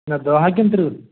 نہَ دَہ ہا کِنہٕ تٕرٛہ